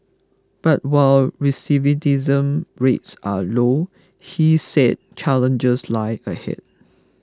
but while recidivism rates are low he said challenges lie ahead